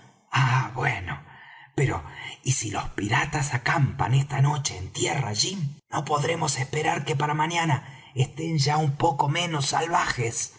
bueno pero y si los piratas acampan esta noche en tierra jim no podremos esperar que para mañana estén ya un poco menos salvajes